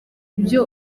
ibyo